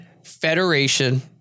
Federation